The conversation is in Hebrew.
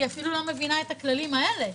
אני אפילו לא מבינה את הכללים האלה.